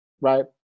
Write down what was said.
right